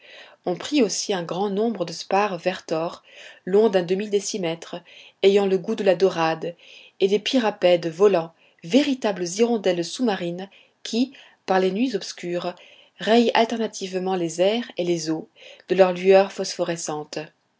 on prit aussi un grand nombre de spares vertors longs d'un demi décimètre ayant le goût de la dorade et des pyrapèdes volants véritables hirondelles sous-marines qui par les nuits obscures rayent alternativement les airs et les eaux de leurs lueurs phosphorescentes